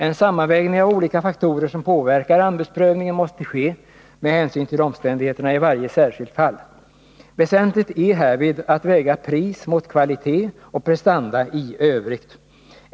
En sammanvägning av olika faktorer som påverkar anbudsprövningen måste ske med hänsyn till omständigheterna i varje särskilt fall. Väsentligt är härvid att väga pris mot kvalitet och prestanda i övrigt.